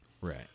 Right